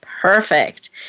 Perfect